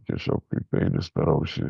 tiesiog kaip peilis per ausį